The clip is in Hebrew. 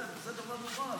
זה, דבר ראשון.